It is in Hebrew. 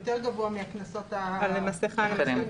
יותר גבוה מהקנסות האחרים.